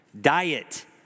diet